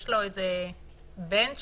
יש לו איזה בנצ'מארק?